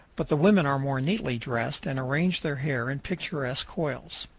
but the women are more neatly dressed and arrange their hair in picturesque coils.